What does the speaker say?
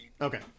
Okay